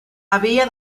havia